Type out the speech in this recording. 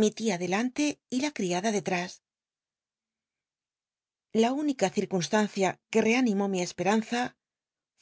mi tia delante y la criada la única circunstancia que reanimó mi esperanza